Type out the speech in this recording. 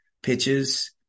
Pitches